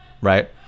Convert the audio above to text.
Right